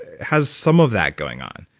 has some of that going on.